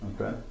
Okay